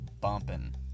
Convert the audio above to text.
bumping